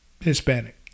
Hispanic